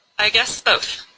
i guessed both.